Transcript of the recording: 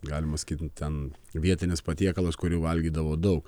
galima sakyt ten vietinis patiekalas kurį valgydavo daug